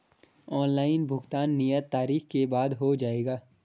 Online भुगतान नियत तारीख के बाद हो जाएगा?